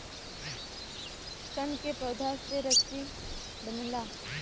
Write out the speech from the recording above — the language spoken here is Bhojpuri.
सन के पौधा से रसरी बनला